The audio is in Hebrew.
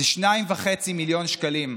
זה 2.5 מיליון שקלים.